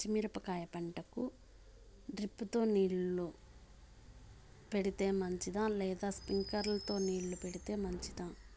పచ్చి మిరపకాయ పంటకు డ్రిప్ తో నీళ్లు పెడితే మంచిదా లేదా స్ప్రింక్లర్లు తో నీళ్లు పెడితే మంచిదా?